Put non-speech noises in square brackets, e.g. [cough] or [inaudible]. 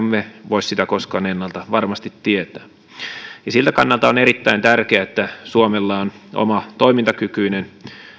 [unintelligible] me voi sitä koskaan ennalta varmasti tietää siltä kannalta on erittäin tärkeää että suomella on oma toimintakykyinen